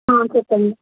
చెప్పండి